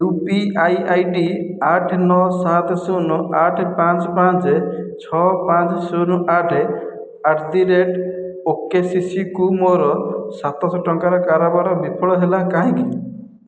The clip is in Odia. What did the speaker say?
ୟୁପିଆଇ ଆଇଡ଼ି ଆଠ ନଅ ସାତ ଶୂନ ଆଠ ପାଞ୍ଚ ପାଞ୍ଚ ଛଅ ପାଞ୍ଚ ଶୂନ ଆଠ ଆଟ ଦି ରେଟ୍ ଓକେସିସିକୁ ମୋର ସାତଶହ ଟଙ୍କାର କାରବାର ବିଫଳ ହେଲା କାହିଁକି